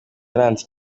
yaranze